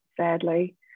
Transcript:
sadly